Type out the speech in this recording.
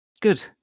Good